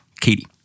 Katie